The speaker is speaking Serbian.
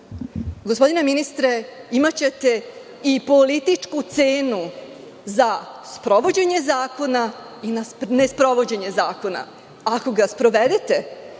košta? Gospodine ministre, imaćete i političku cenu za sprovođenje zakona i za nesprovođenje zakona. Ako ga sprovedete,